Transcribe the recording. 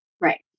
Right